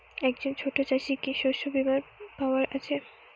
একজন ছোট চাষি কি শস্যবিমার পাওয়ার আছে?